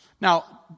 Now